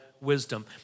wisdom